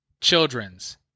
children's